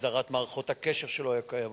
הסדרת מערכות הקשר שלא היו קיימות,